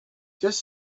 just